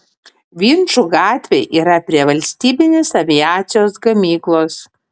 vinčų gatvė yra prie valstybinės aviacijos gamyklos